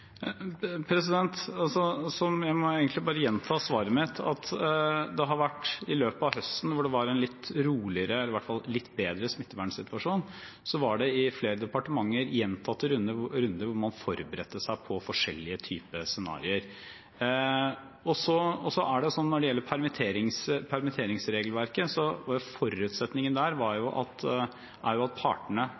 Jeg må egentlig bare gjenta svaret mitt: I løpet av høsten, hvor det i hvert fall var en litt bedre smittevernsituasjon, var det i flere departementer gjentatte runder hvor man forberedte seg på forskjellige typer scenarioer. Når det gjelder permitteringsregelverket, er forutsetningen der at partene sier noe om permitteringsgrunnlaget, og i og for seg også den enkelte arbeidsgiver. Men det er riktig at det ikke var en avklart avtale – det sier seg vel litt selv – med partene